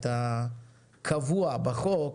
הקבוע בחוק,